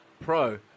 Pro